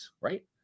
right